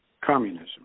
communism